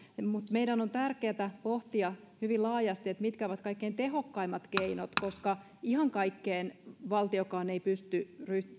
meidän on tärkeätä pohtia hyvin laajasti mitkä ovat kaikkein tehokkaimmat keinot koska ihan kaikkeen valtiokaan ei pysty